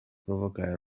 provocare